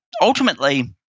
ultimately